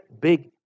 big